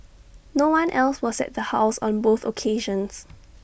no one else was at the house on both occasions